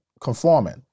conforming